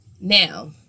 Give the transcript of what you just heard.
Now